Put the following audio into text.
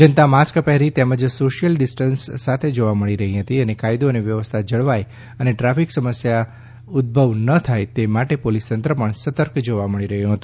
જનતા mask પહેરી તેમજ social distance સાથે જોવા મળી રહી હતી અને કાયદો અને વ્યવસ્થા જળવાય અને ટ્રાફિક સમસ્યા ઉદભવ ન થાય તે માટે પોલીસ તંત્ર પણ સતર્ક જોવા મળી રહ્યું છે